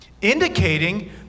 indicating